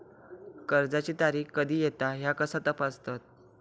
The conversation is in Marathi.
कर्जाची तारीख कधी येता ह्या कसा तपासतत?